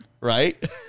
Right